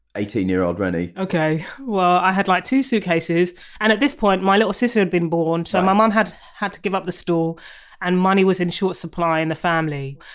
eighteen year old reni? okay well i had like two suitcases and at this point my little sister had been born so my mom had had to give up the stall and money was in short supply in the family.